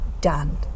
done